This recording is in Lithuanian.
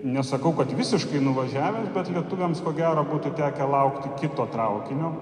nesakau kad visiškai nuvažiavęs bet lietuviams ko gero būtų tekę laukti kito traukinio